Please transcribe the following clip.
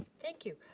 thank you.